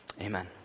Amen